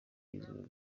y’izuba